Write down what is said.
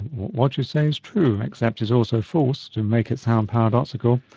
what you're saying is true, except it's also false, to make it sound paradoxical.